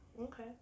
okay